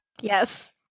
Yes